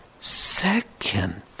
second